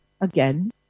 again